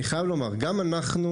אני חייב לומר: גם לנו,